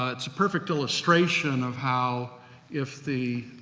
ah it's a perfect illustration of how if the,